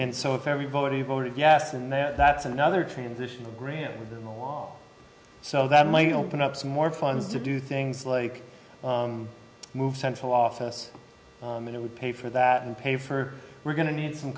and so if everybody voted yes and then that's another transitional grantley the law so that might open up some more funds to do things like move central office and it would pay for that and pay for we're going to need some